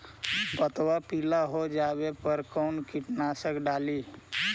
पतबा पिला हो जाबे पर कौन कीटनाशक डाली?